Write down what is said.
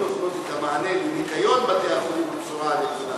נותנות את המענה בניקיון בתי-החולים בצורה הנכונה.